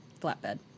Flatbed